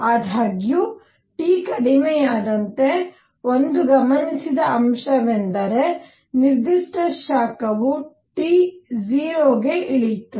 ಆದಾಗ್ಯೂ T ಕಡಿಮೆಯಾದಂತೆ ಒಂದು ಗಮನಿಸಿದ ಅಂಶವೆಂದರೆ ನಿರ್ದಿಷ್ಟ ಶಾಖವು t0 ಗೆ ಇಳಿಯುತ್ತದೆ